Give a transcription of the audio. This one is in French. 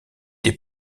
des